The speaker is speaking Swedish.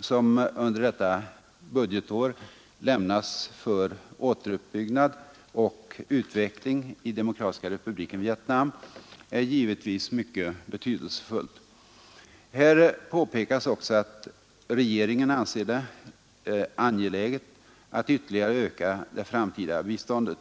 som under detta budgetår har lämnats för återuppbyggnad av och utveckling i Demokratiska republiken Vietnam, är givetvis mycket betydelsefullt. Här påpekas också att regeringen anser det ”angeläget att ytterligare öka det framtida biståndet”.